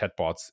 chatbots